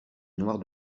noire